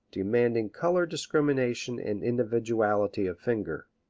demanding color discrimination and individuality of finger.